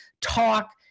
talk